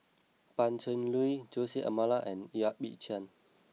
Pan Cheng Lui Jose Almeida and Yap Ee Chian